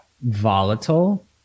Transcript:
volatile